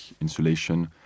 insulation